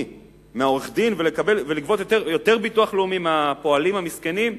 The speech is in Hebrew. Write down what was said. מעורך-דין ולגבות יותר ביטוח לאומי מהפועלים המסכנים?